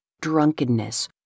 drunkenness